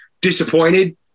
disappointed